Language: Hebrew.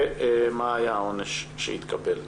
ומה היה העונש שהתקבל.